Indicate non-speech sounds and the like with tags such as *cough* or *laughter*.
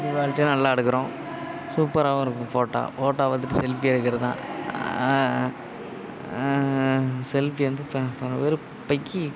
HD குவாலிட்டியாக நல்லா எடுக்கிறோம் சூப்பராகவும் இருக்கும் ஃபோட்டோ ஃபோட்டோ பார்த்துட்டு செல்ஃபி எடுக்கிறதுதான் செல்ஃபி வந்து இப்போ *unintelligible* பேர் இப்போக்கி